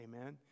Amen